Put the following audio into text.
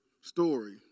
story